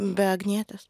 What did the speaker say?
be agnietės